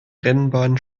rennbahn